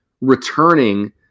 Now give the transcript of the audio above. returning